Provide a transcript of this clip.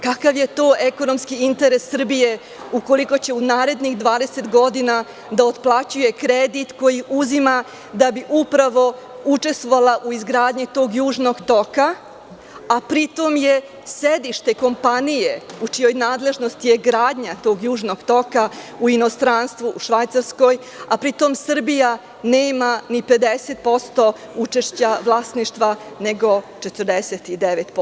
Kakav je to ekonomski interes Srbije ukoliko će u narednih 20 godina da otplaćuje kredit koji uzima da bi upravo učestvovala u izgradnji tog Južnog toka, a pri tom je sedište kompanije u čijoj nadležnosti je gradnja tog Južnog toka u inostranstvu Švajcarskoj, a pri tom Srbija nema ni 50% učešća vlasništva nego 49%